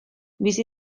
bizi